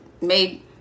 made